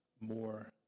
more